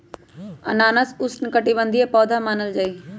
अनानास उष्णकटिबंधीय पौधा मानल जाहई